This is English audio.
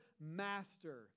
master